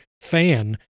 fan